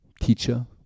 teacher